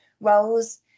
roles